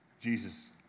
Jesus